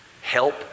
Help